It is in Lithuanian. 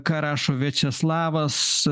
ką rašo viačeslavas